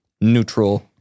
neutral